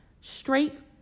straight